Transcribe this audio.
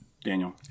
Daniel